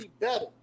better